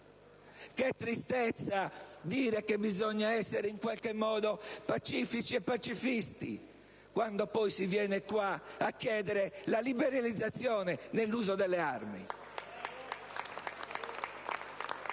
che tristezza dire che bisogna essere in qualche modo pacifici e pacifisti, quando poi si viene qua a chiedere la liberalizzazione nell'uso delle armi!